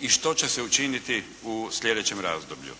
i što će se učiniti u slijedećem razdoblju.